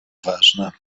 ważne